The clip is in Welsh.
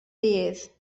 bydd